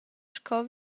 sco